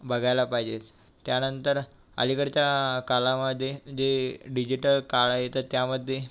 बघायला पाहिजे त्यानंतर अलीकडच्या कालामध्ये जे डिजिटल काळ आहे तर त्यामध्ये